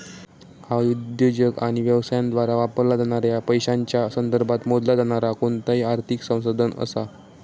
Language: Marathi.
ह्या उद्योजक आणि व्यवसायांद्वारा वापरला जाणाऱ्या पैशांच्या संदर्भात मोजला जाणारा कोणताही आर्थिक संसाधन असा